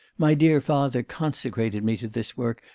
my dear father consecrated me to this work.